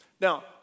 Now